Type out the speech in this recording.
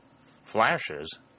Flashes